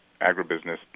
agribusiness